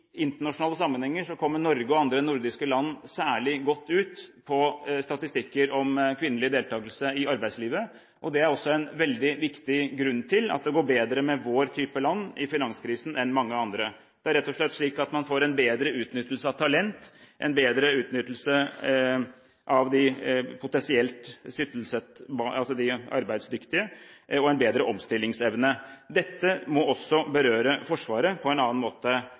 internasjonale sammenhenger kommer Norge og andre nordiske land særlig godt ut på statistikker om kvinnelig deltakelse i arbeidslivet. Det er også en veldig viktig grunn til at det går bedre med vår type land i finanskrisen enn mange andre. Det er rett og slett slik at man får en bedre utnyttelse av talent, en bedre utnyttelse av de arbeidsdyktige og en bedre omstillingsevne. Dette må også berøre Forsvaret på en annen måte